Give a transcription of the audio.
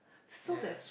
ya